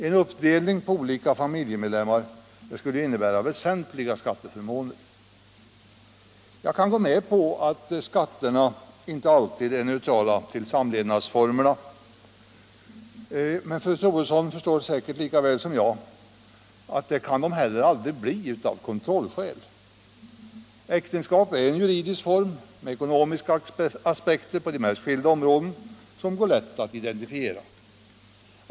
En uppdelning på olika familjemedlemmar skulle innebära väsentliga skatteförmåner. Jag kan gå med på att skatterna inte alltid är neutrala till samlevnadsformerna. Men fru Troedsson förstår säkert lika väl som jag att de av kontrollskäl heller aldrig kan bli det. Äktenskap är en juridisk form med ekonomiska aspekter på de mest skilda områden som det är lätt att identifiera.